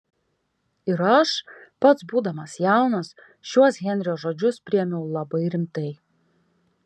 ir aš pats būdamas jaunas šiuos henrio žodžius priėmiau labai rimtai